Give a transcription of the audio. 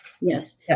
yes